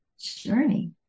journey